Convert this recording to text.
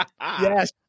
Yes